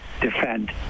defend